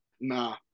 Nah